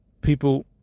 people